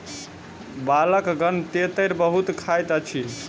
बालकगण तेतैर बहुत खाइत अछि